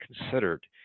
considered